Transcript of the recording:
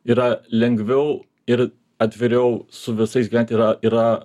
yra lengviau ir atviriau su visais gyventi yra yra